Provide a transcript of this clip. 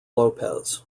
lopez